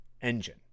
engine